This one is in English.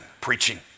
preaching